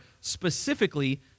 specifically